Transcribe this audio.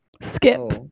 Skip